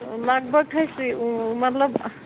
لگ بگ کھسہِ مطلب